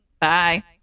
Bye